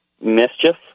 mischief